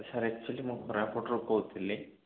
sir ଆକୁଚେଲି ମୁଁ କୋରାପୁଟରୁ କହୁଥିଲି